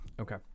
Okay